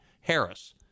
Harris